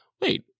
wait